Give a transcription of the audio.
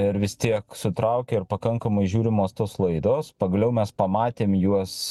ir vis tiek sutraukia ir pakankamai žiūrimos tos laidos pagaliau mes pamatėm juos